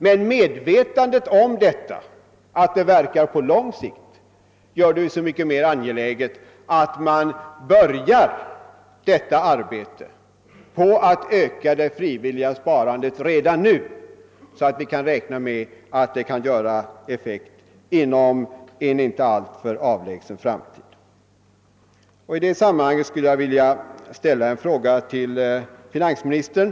Men medvetandet därom gör det så mycket mer angeläget att man redan nu börjar arbetet med att öka sparandet, så att vi kan räkna med effekt inom en inte alltför avlägsen framtid. I det sammanhanget vill jag ställa en fråga till finansministern.